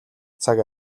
цаг